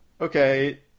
Okay